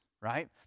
Right